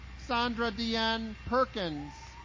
sandra deann perkins